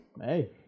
Hey